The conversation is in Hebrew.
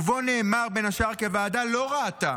ובו נאמר, בין השאר, כי הוועדה לא ראתה